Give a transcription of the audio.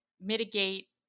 mitigate